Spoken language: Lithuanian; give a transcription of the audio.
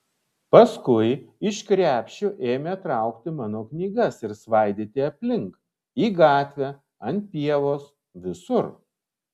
paskui iš krepšių ėmė traukti mano knygas ir svaidyti aplink į gatvę ant pievos visur